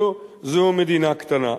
זו מדינה קטנה.